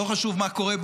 לא חשוב מה קורה בכלכלה,